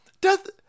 death